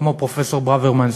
כמו פרופסור ברוורמן,